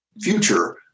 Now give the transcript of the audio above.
future